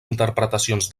interpretacions